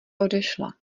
odešla